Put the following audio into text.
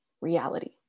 reality